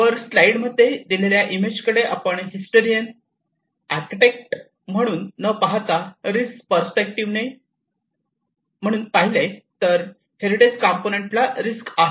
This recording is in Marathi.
वर स्लाईड मध्ये दिलेल्या इमेज कडे आपण हिस्टरियन आर्किटेक्ट म्हणून न पाहता रिस्क पर्स्पेक्टिव्ह ने म्हणून पाहिले तर हेरिटेज कंपोनेंट ला रिस्क आहे